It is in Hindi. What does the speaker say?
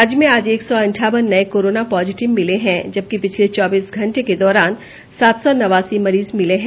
राज्य में आज एक सौ अंठावन नए कोरोना पॉजिटिव मिले हैं जबकि पिछले चौबीस घंटे के दौरान सात सौ नवासी मरीज मिले हैं